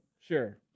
Sure